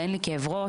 ואין לי כאב ראש.